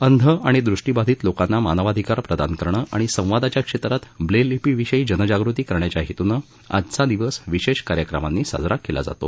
अंध आणि दृष्टिबाधित लोकांना मानवाधिकार प्रदान करणं आणि संवादाच्या क्षेत्रात ब्रेल लिपी विषयी जनजागृती करण्याच्या हेतूनं आजचा दिवस विशेष कार्यक्रमांनी साजरा केला जातो